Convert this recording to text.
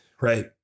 Right